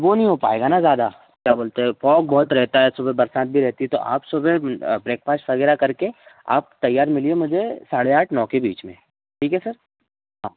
वो नहीं हो पाएगा ना ज़्यादा क्या बोलते हैं फ़ॉग बहुत रहता है सुबह बरसात भी रहती है तो आप सुबह ब्रेकफास्ट वगैरह करके आप तैयार मिलिए मुझे साढ़े आठ नौ के बीच में ठीक है सर हाँ